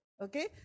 Okay